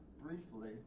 briefly